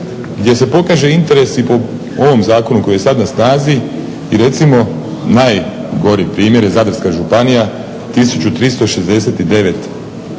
gdje se pokaže interesi po ovom zakonu koji je sada na snazi i recimo i najgori primjer je Zadarska županija 1 369